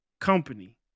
company